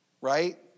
Right